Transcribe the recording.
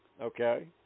Okay